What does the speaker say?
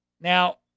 Now